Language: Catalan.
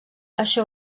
això